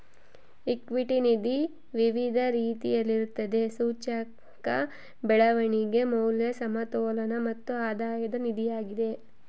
equity ನಿಧಿ ವಿವಿಧ ರೀತಿಯಲ್ಲಿರುತ್ತದೆ, ಸೂಚ್ಯಂಕ, ಬೆಳವಣಿಗೆ, ಮೌಲ್ಯ, ಸಮತೋಲನ ಮತ್ತು ಆಧಾಯದ ನಿಧಿಯಾಗಿದೆ